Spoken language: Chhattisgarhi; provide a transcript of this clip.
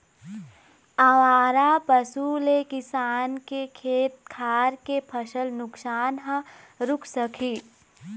आवारा पशु ले किसान के खेत खार के फसल नुकसान ह रूक सकही